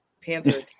panther